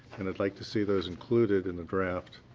and i'd like to see those included in the draft.